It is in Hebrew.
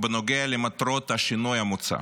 בנוגע למטרות השינוי המוצע.